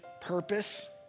purpose